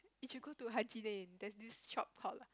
you should go to Haji-Lane there is this shop called lah